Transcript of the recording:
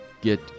get